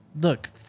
look